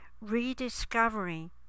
rediscovering